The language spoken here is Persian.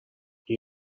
این